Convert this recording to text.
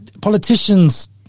Politicians